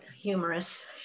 humorous